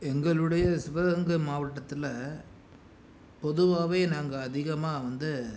எங்களுடைய சிவகங்கை மாவட்டத்தில் பொதுவாகவே நாங்கள் அதிகமாக வந்து